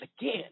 again